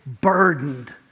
burdened